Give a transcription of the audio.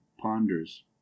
ponders